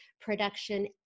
production